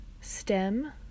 stem